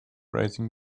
raising